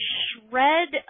shred